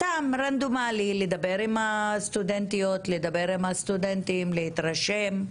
סתם רנדומלית לדבר עם הסטודנטיות והסטודנטים ולהתרשם,